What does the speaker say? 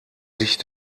sich